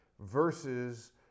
versus